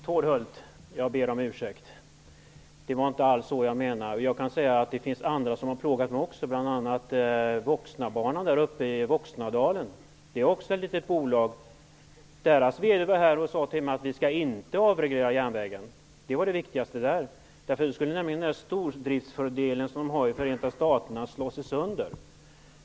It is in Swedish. Herr talman! Jag ber Tord Hult om ursäkt. Det var inte alls så jag menade. Jag kan säga att också andra har ''plågat'' mig, bl.a. från ett litet bolag på Voxnabanan i Voxnadalen. Dess VD har varit här och sagt till mig att det viktigaste där var att vi inte skulle avreglera järnvägen. Då skulle nämligen den stordriftsfördel som man har i Förenta staterna slås sönder.